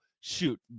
shoot